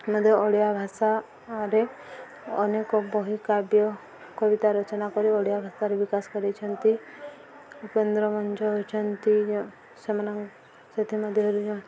ମଧ୍ୟ ଓଡ଼ିଆ ଭାଷାରେ ଅନେକ ବହି କାବ୍ୟ କବିତା ରଚନା କରି ଓଡ଼ିଆ ଭାଷାରେ ବିକାଶ କରିଛନ୍ତି ଉପେନ୍ଦ୍ର ଭଞ୍ଜ ହେଉଛନ୍ତି ସେମାନ ସେଥିମଧ୍ୟରୁ